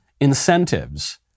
incentives